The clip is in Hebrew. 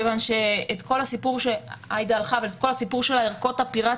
כיוון שאנחנו לא רוצים לחזור לכל הסיפור של הערכות הפירטיות.